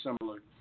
similar